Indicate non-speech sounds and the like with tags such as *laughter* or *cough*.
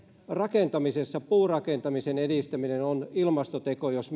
rakentamisessa puurakentamisen edistäminen on ilmastoteko jos *unintelligible*